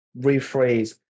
rephrase